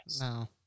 No